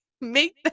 make